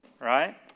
right